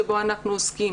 שבו אנחנו עוסקים.